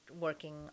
working